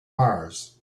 mars